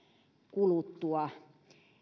kuluttua